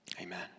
Amen